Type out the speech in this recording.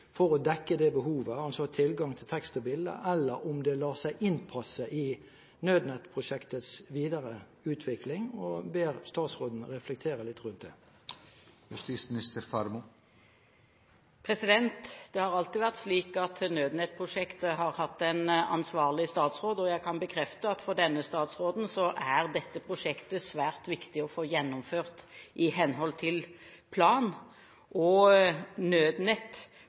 for å dekke det behovet – tilgang til tekst og bilde – eller om det lar seg innpasse i nødnettprosjektets videre utvikling, og jeg ber statsråden reflektere litt rundt det. Det har alltid vært slik at nødnettprosjektet har hatt en ansvarlig statsråd, og jeg kan bekrefte at det for denne statsråden er svært viktig å få gjennomført dette prosjektet i henhold til plan. Nødnettprosjektet skal sikre tale mellom nødetatene, og